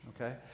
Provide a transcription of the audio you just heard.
Okay